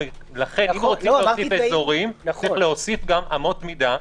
לכן אם רוצים אזורים צריך להוסיף גם אמות מידה,